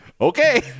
okay